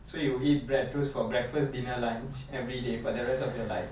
so you will eat bread toast for breakfast dinner lunch everyday for the rest of your life